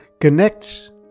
connects